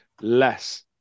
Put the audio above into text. less